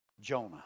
Jonah